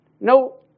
no